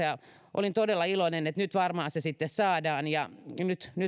ja olin todella iloinen että nyt varmaan se sitten saadaan ja nyt on